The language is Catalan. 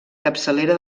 capçalera